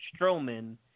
Strowman